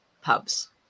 pubs